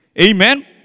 amen